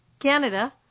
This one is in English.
Canada